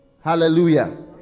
Hallelujah